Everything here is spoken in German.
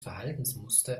verhaltensmuster